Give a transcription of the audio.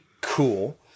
cool